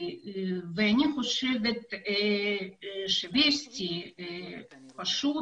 אני חושבת שבווסטי פשוט